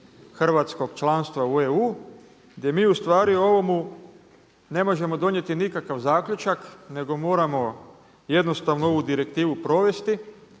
hrvatskog članstva u EU gdje mi ustvari o ovome ne možemo donijeti nikakav zaključak nego moramo jednostavno ovu direktivu provesti,